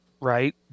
right